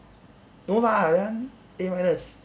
no lah that one A minus